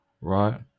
right